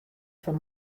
fan